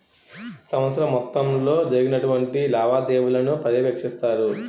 సంవత్సరం మొత్తంలో జరిగినటువంటి లావాదేవీలను పర్యవేక్షిస్తారు